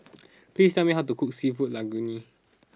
please tell me how to cook Seafood Linguine